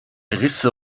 risse